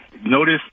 Notice